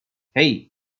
hey